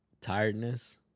Tiredness